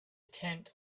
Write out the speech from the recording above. tent